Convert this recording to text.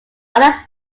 other